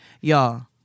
Y'all